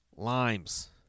limes